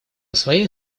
своей